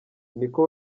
niko